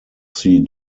sie